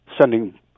sending